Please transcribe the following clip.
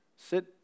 Sit